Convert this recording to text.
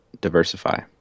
diversify